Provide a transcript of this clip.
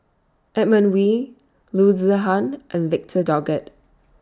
Edmund Wee Loo Zihan and Victor Doggett